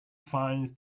finds